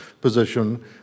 position